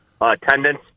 attendance